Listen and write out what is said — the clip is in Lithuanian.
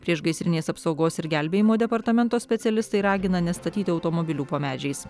priešgaisrinės apsaugos ir gelbėjimo departamento specialistai ragina nestatyti automobilių po medžiais